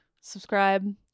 subscribe